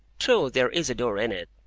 true, there is a door in it,